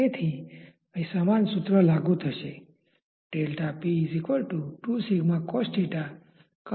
તેથી અહીં સમાન સૂત્ર લાગુ થશે